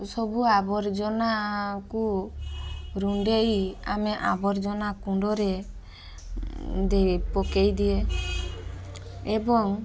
ସବୁ ଆବର୍ଜନାକୁ ରୁଣ୍ଢେଇ ଆମେ ଆବର୍ଜନା କୁଣ୍ଡରେ ପକାଇ ଦିଏ ଏବଂ